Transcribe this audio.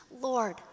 Lord